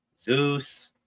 Zeus